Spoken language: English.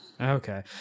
Okay